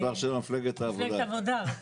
מספר 7 מפלגת העבודה,